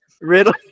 riddle